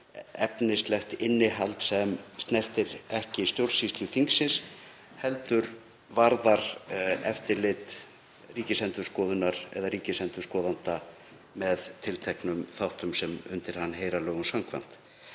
efnislegt innihald sem snertir ekki stjórnsýslu þingsins heldur varðar eftirlit Ríkisendurskoðunar eða ríkisendurskoðanda með tilteknum þáttum sem undir hann heyra lögum samkvæmt.